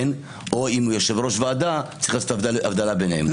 או אם הוא יושב-ראש ועדה צריך לעשות הבדלה ביניהם.